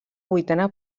vuitena